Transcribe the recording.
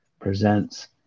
presents